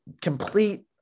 complete –